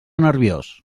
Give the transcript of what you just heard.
nerviós